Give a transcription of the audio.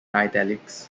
italics